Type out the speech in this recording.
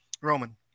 Roman